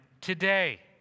today